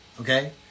Okay